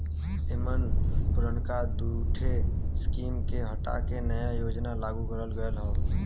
एमन पुरनका दूठे स्कीम के हटा के नया योजना लागू करल गयल हौ